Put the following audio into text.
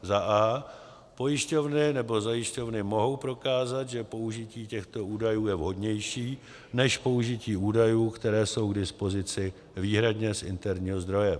a) pojišťovny nebo zajišťovny mohou prokázat, že použití těchto údajů je vhodnější než použití údajů, které jsou k dispozici výhradně z interního zdroje;